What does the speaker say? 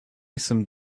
some